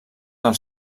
del